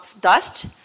dust